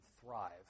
thrive